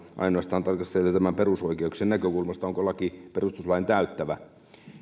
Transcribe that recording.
ainoastaan tarkastelee perusoikeuksien näkökulmasta onko laki perustuslain täyttävä